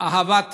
אהבת ישראל,